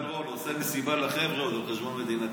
עידן רול עושה מסיבה לחבר'ה על חשבון עם ישראל,